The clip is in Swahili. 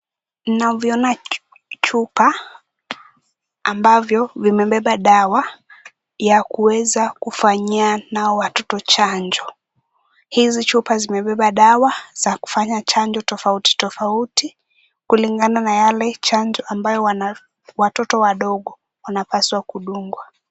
Ninavyoona chupa ambavyo vimebeba dawa ya kuweza kufanyia nao watoto chanjo. Hizi chupa zimebeba dawa za kufanya chanjo tofauti tofauti kulingana na yale chanjo ambayo watoto wadogo wanapaswa kudungwa.